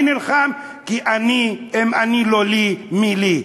אני נלחם, כי אני, אם לא אני לי מי לי?